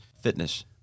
fitness